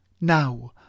now